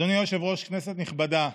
אדוני היושב-ראש, כנסת נכבדה,